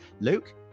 Luke